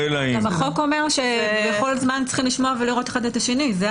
החוק אומר שבכל זמן צריכים לשמוע ולראות אחד את השני.